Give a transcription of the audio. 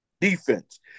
defense